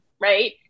right